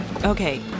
Okay